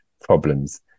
problems